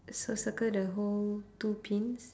so circle the whole two pins